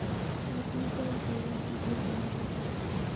এক লিটার গরুর দুধের দাম কত?